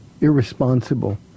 irresponsible